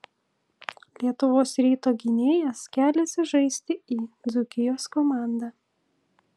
lietuvos ryto gynėjas keliasi žaisti į dzūkijos komandą